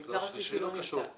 המגזר השלישי לא נמצא.